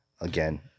again